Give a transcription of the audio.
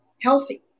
healthy